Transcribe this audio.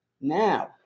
now